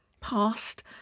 past